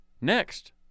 next